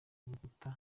rukuta